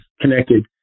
connected